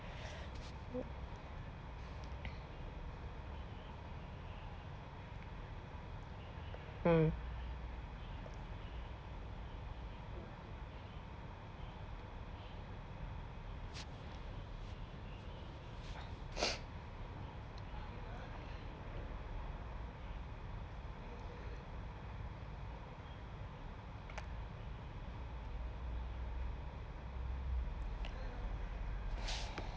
mm